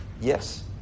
yes